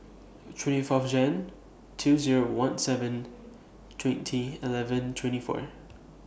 twenty Fourth Jan two Zero one seven twenty eleven twenty four